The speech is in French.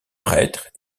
prêtre